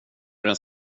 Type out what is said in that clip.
den